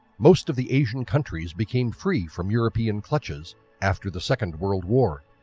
most of the asian countries became free from european clutches after the second world war.